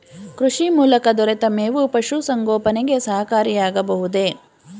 ಕೃಷಿ ಮೂಲಕ ದೊರೆತ ಮೇವು ಪಶುಸಂಗೋಪನೆಗೆ ಸಹಕಾರಿಯಾಗಬಹುದೇ?